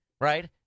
right